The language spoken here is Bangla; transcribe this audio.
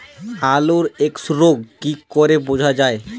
আলুর এক্সরোগ কি করে বোঝা যায়?